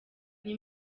nti